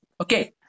Okay